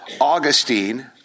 Augustine